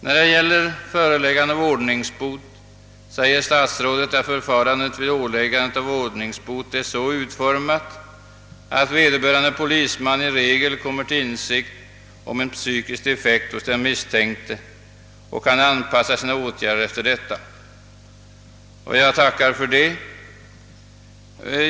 När det gäller frågan om föreläggande av ordningsbot uttalar herr statsrådet att förfarandet i samband härmed är så utformat, att vederbörande polisman i regel kommer till insikt om en psykisk defekt hos den misstänkte och kan anpassa sina åtgärder efter detta. Jag tackar för detta besked.